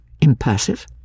impassive